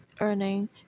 earning